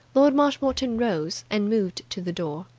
lord marshmoreton rose and moved to the door.